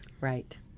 Right